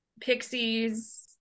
Pixies